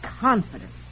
confidence